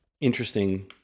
interesting